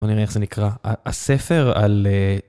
בוא נראה איך זה נקרא, הספר על...